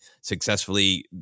successfully